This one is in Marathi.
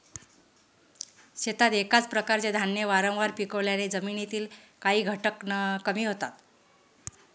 शेतात एकाच प्रकारचे धान्य वारंवार पिकवल्याने जमिनीतील काही घटक कमी होतात